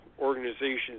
organizations